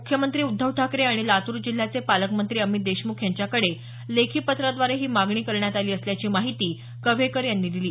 मुख्यमंत्री उद्धव ठाकरे आणि लातूर जिल्ह्याचे पालकमंत्री अमित देशमुख यांच्याकडे लेखीपत्राद्वारे ही मागणी करण्यात आली असल्याची माहिती कव्हेकर यांनी दिली